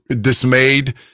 dismayed